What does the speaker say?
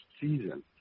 season